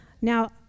Now